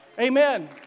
Amen